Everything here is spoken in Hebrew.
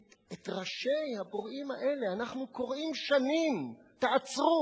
את ראשי הפורעים האלה אנחנו דורשים: תעצרו.